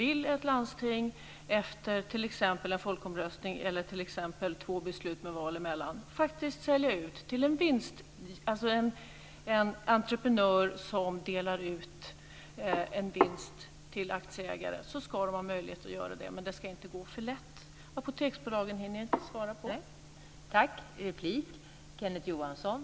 Vill ett landsting efter t.ex. en folkomröstning eller två beslut med val emellan, faktiskt sälja ut till en entreprenör som delar ut en vinst till aktieägare, ska de ha möjlighet att göra det. Det ska inte gå för lätt. Jag hinner inte svara på frågan om Apoteksbolaget.